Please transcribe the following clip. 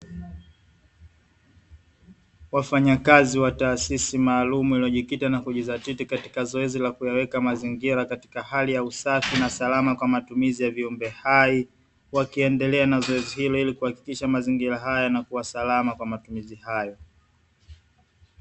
Wafanyakazi wa taasisi maalumu iliyojikita na kujizatiti katika zoezi la kuyaweka mazingira katika hali ya usafi na usalama kwa matumizi ya viumbe hai, wakiendelea na zoezi hili ili kuhakikisha mazingira haya yanakuwa salama kwa matumizi hayo.